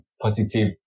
positive